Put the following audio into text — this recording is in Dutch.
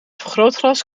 vergrootglas